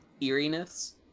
eeriness